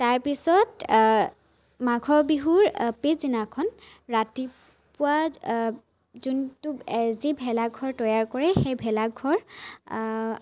তাৰপিছত মাঘৰ বিহুৰ পিছদিনাখন ৰাতিপুৱা যোনটো যি ভেলাঘৰ তৈয়াৰ কৰে সেই ভেলাঘৰ